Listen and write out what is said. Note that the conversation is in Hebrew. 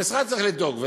המשרד צריך לדאוג,